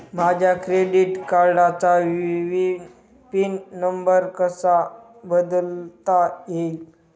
माझ्या क्रेडिट कार्डचा pin number कसा बदलता येईल?